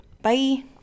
Bye